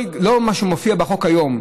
מה שמופיע בחוק כיום,